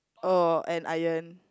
oh and iron